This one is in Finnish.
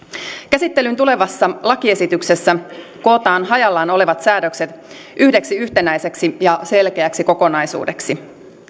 käsittelyyn tulevassa lakiesityksessä kootaan hajallaan olevat säädökset yhdeksi yhtenäiseksi ja selkeäksi kokonaisuudeksi